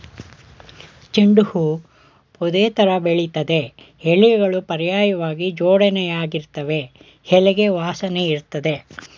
ಚೆಂಡು ಹೂ ಪೊದೆತರ ಬೆಳಿತದೆ ಎಲೆಗಳು ಪರ್ಯಾಯ್ವಾಗಿ ಜೋಡಣೆಯಾಗಿರ್ತವೆ ಎಲೆಗೆ ವಾಸನೆಯಿರ್ತದೆ